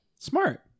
Smart